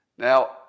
Now